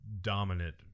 dominant